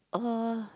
uh